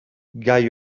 gai